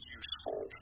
useful